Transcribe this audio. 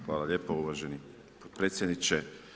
Hvala lijepo uvaženi predsjedniče.